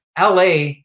LA